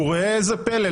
וראה איזה פלא,